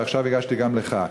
ועכשיו הגשתי גם לך,